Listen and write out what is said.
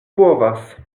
povas